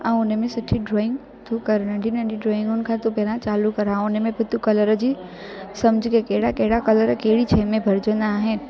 ऐं उन में सुठी ड्रॉइंग तूं कर नंढी नंढी ड्रॉइंगुन खां तूं पहिरां चालू कर ऐं उन में बि तूं कलर जी सम्झ कि कहिड़ा कहिड़ा कलर कहिड़ी शइ में भरजंदा आहिनि